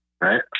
Right